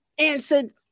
answered